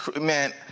man